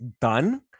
done